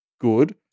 Good